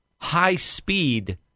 high-speed